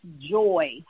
joy